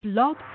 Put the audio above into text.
Blog